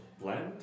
blend